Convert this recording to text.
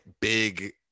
big